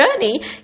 journey